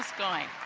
going.